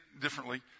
differently